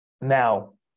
Now